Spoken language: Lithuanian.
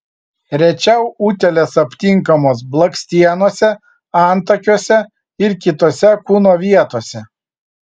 rečiau utėlės aptinkamos blakstienose antakiuose ir kitose kūno vietose